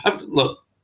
look